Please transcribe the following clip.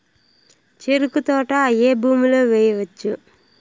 చెరుకు తోట ఏ భూమిలో వేయవచ్చు?